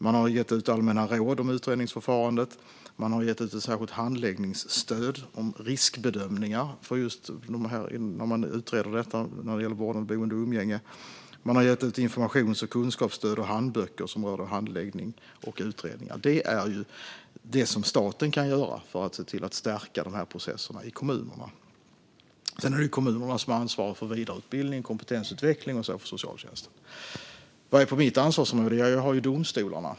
Man har gett ut allmänna råd om utredningsförfarandet, och man har gett ut ett särskilt handläggningsstöd om riskbedömningar vid utredningar om vårdnad, boende och umgänge. Man har gett ut informations och kunskapsstöd samt handböcker som rör arbetet med att handlägga ärenden och utredningar. Det är vad staten kan göra för att stärka processerna i kommunerna. Sedan är det kommunerna som har ansvar för vidareutbildning, kompetensutveckling och så vidare hos socialtjänsten. Vad ligger på mitt ansvarsområde? Jag har domstolarna.